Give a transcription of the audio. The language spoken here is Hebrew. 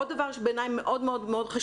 עוד דבר שבעיניי מאוד חשוב,